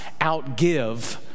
outgive